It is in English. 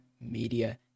media